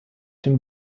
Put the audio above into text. dem